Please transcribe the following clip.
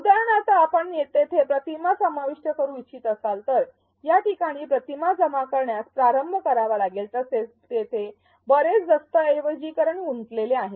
उदाहरणार्थ आपण तेथे प्रतिमा समाविष्ट करू इच्छित असाल तर या ठिकाणी प्रतिमा जमा करण्यास प्रारंभ करावा लागेल तसेच येथे बरेच दस्तऐवजीकरण गुंतलेले आहे